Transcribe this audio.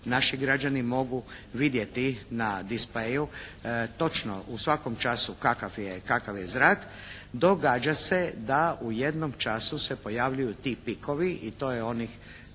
naši građani mogu vidjeti na displayu točno u svakom času kakav je zrak, događa se da u jednom času se pojavljuju ti pikovi i to je onih